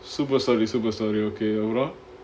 super sorry super sorry okay overall